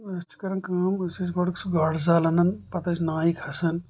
أسۍ چھِ کران کٲم أسۍ ٲسۍ گۄڈٕ گاڈٕ زال انان پتہٕ ٲسۍ نایہِ کھژان